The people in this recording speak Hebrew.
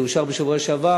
זה אושר בשבוע שעבר,